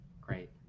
Great